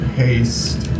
haste